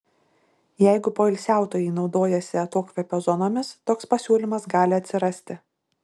jeigu poilsiautojai naudojasi atokvėpio zonomis toks pasiūlymas gali atsirasti